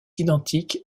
identique